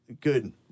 good